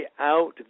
out